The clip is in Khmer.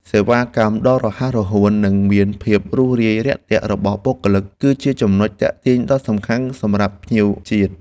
សេវាកម្មដ៏រហ័សរហួន និងមានភាពរួសរាយរាក់ទាក់របស់បុគ្គលិក គឺជាចំណុចទាក់ទាញដ៏សំខាន់សម្រាប់ភ្ញៀវជាតិ។